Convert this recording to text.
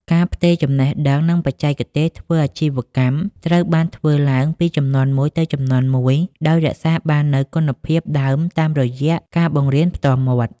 ការផ្ទេរចំណេះដឹង និងបច្ចេកទេសធ្វើអាជីវកម្មត្រូវបានធ្វើឡើងពីជំនាន់មួយទៅជំនាន់មួយ ដោយរក្សាបាននូវគុណភាពដើមតាមរយៈការបង្រៀនផ្ទាល់មាត់។